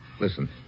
Listen